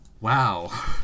Wow